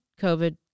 COVID